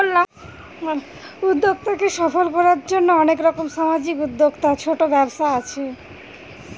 উদ্যোক্তাকে সফল কোরার জন্যে অনেক রকম সামাজিক উদ্যোক্তা, ছোট ব্যবসা আছে